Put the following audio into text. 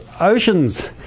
oceans